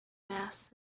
mass